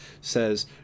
says